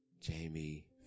Jamie